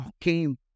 came